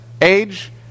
age